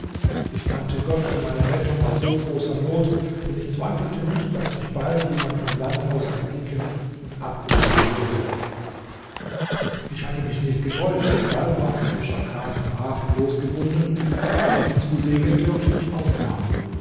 ich dankte gott für meine rettung aus so großer not denn ich zweifelte nicht daß mich bald jemand vom land aus erblicken und abholen würde ich hatte mich nicht getäuscht denn bald war ein fischerkahn vom hafen losgebunden der auf mich zusegelte und mich aufnahm